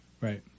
Right